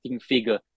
figure